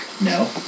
No